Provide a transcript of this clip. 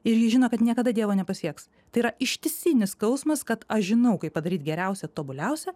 ir jis žino kad niekada dievo nepasieks tai yra ištisinis skausmas kad aš žinau kaip padaryt geriausia tobuliausia